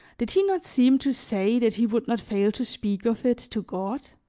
did he not seem to say that he would not fail to speak of it to god?